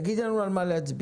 תגידי לנו על מה להצביע,